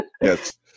yes